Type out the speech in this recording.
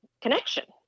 connection